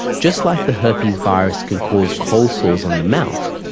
just like the herpes virus can cause cold sores on the mouth,